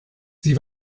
sie